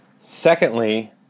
Secondly